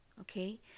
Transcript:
okay